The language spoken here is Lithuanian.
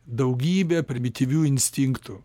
daugybę primityvių instinktų